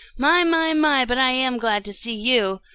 my, my, my, but i am glad to see you!